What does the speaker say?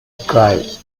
cried